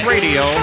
Radio